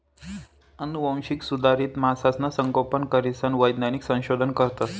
आनुवांशिक सुधारित मासासनं संगोपन करीसन वैज्ञानिक संशोधन करतस